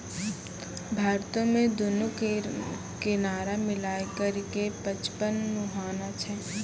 भारतो मे दुनू किनारा मिलाय करि के पचपन मुहाना छै